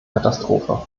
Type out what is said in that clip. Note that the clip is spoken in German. katastrophe